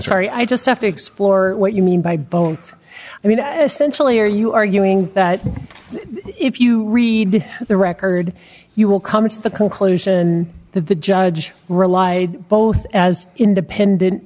sorry i just have to explore what you mean by bone i mean essentially are you arguing that if you read the record you will come to the conclusion that the judge relied both as independent